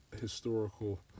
historical